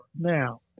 now